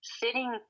sitting